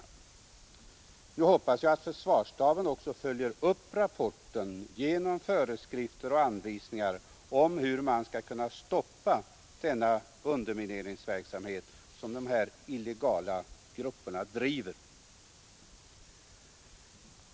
Jag hoppas att försvarsstaben också följer upp rapporten genom föreskrifter och anvisningar om hur man skall kunna stoppa den undermineringsverksamhet, som dessa illegala grupper bedriver.